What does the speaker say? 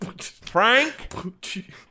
Frank